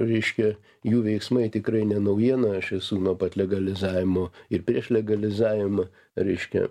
reiškia jų veiksmai tikrai ne naujiena aš esu nuo pat legalizavimo ir prieš legalizavimą reiškia